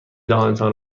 دهانتان